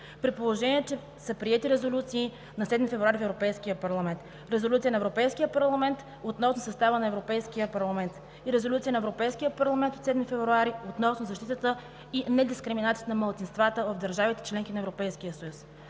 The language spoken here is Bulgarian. при положение че са приети резолюции на 7 февруари в Европейския парламент – Резолюция на Европейския парламент относно състава на Европейския парламент и Резолюция на Европейския парламент от 7 февруари относно защитата и недискриминацията на малцинствата в държавите – членки на Европейския съюз.